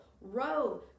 Row